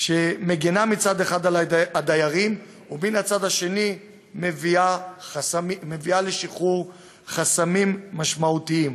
שמגינה מצד אחד על הדיירים ומן הצד השני מביאה לשחרור חסמים משמעותיים.